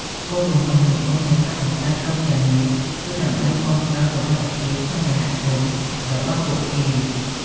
គោលបំណងចម្បងនៃការបង្កើតក្រុមទាំងនេះគឺ ដើម្បីគាំទ្រសុវត្ថិភាពក្នុងសហគមន៍របស់ពួកគេ។